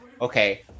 okay